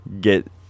get